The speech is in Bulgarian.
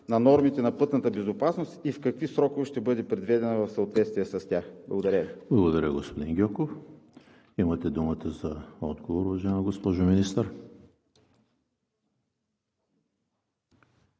на нормите на пътната безопасност и в какви срокове ще бъде приведена в съответствие с тях? ПРЕДСЕДАТЕЛ ЕМИЛ ХРИСТОВ: Благодаря, господин Гьоков. Имате думата за отговор, уважаема госпожо Министър.